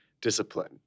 discipline